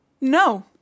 no